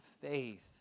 faith